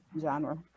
genre